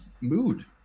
mood